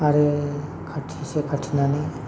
आरो खाथिसे खाथिनानै